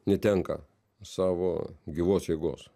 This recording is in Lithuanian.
netenka savo gyvos jėgos